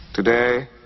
Today